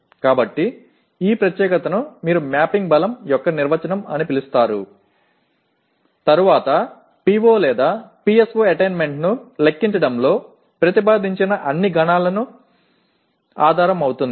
కాబట్టి ఈ ప్రత్యేకతను మీరు మ్యాపింగ్ బలం యొక్క నిర్వచనం అని పిలుస్తారు తరువాత PO PSO అటైన్మెంట్ను లెక్కించడంలో ప్రతిపాదించిన అన్ని గణనలకు ఆధారం అవుతుంది